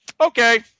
Okay